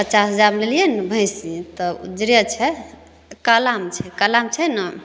पचास हजारमे लेलियै ने भैंसी तब उजरे छै कालामे छै कालामे छै ने